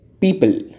people